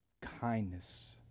kindness